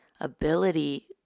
ability